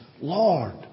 Lord